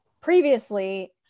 Previously